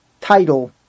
title